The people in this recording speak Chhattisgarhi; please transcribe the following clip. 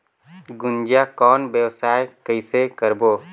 गुनजा कौन व्यवसाय कइसे करबो?